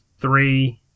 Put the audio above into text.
three